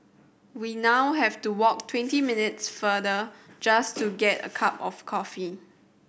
we now have to walk twenty minutes farther just to get a cup of coffee